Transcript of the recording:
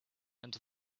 and